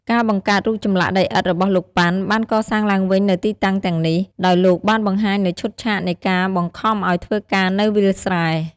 ការបង្កើតរូបចម្លាក់ដីឥដ្ឋរបស់លោក ប៉ាន់ បានកសាងឡើងវិញនូវទីតាំងទាំងនេះ ដោយលោកបានបង្ហាញនូវឈុតឆាកនៃការបង្ខំឲ្យធ្វើការនៅវាលស្រែ។